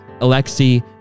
Alexei